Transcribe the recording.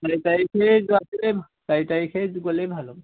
মানে চাৰি তাৰিখে যোৱাটোৱে চাৰি তাৰিখে গ'লেই ভাল হ'ব